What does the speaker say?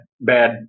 bad